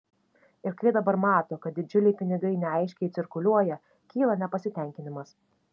ir kai dabar mato kad didžiuliai pinigai neaiškiai cirkuliuoja kyla nepasitenkinimas